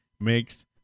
makes